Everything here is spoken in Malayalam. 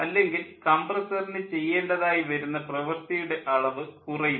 അല്ലെങ്കിൽ കംപ്രസ്സറിന് ചെയ്യേണ്ടതായി വരുന്ന പ്രവൃത്തിയുടെ അളവ് കുറയുന്നു